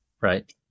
Right